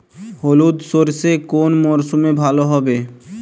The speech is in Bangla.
হলুদ সর্ষে কোন মরশুমে ভালো হবে?